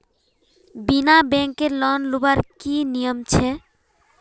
बिना बैंकेर लोन लुबार की नियम छे?